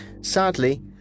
Sadly